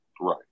Right